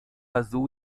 azul